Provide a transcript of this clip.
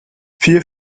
vier